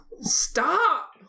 Stop